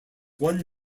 one